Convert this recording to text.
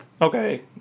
okay